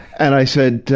and i said,